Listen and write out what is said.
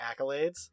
accolades